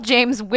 James